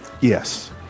yes